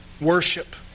worship